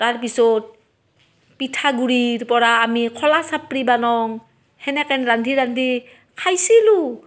তাৰপিছত পিঠাগুড়িৰপৰা আমি খোলাচাপৰি বানোং সেনেকেন ৰান্ধি ৰান্ধি খাইছিলোঁ